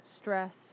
stress